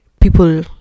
people